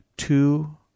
Two